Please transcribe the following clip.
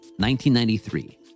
1993